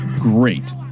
Great